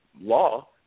law